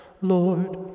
Lord